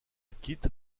quitte